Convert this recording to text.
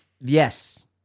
yes